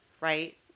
Right